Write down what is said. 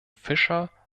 fischer